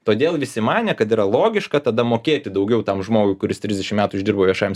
todėl visi manė kad yra logiška tada mokėti daugiau tam žmogui kuris trisdešimt metų išdirbo viešajam